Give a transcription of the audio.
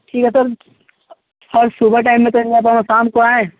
ठीक है सर और सुबह टाइम में तो नहीं आ पाऊँगा शाम को आएँ